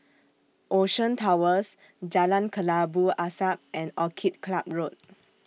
Ocean Towers Jalan Kelabu Asap and Orchid Club Road